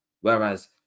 whereas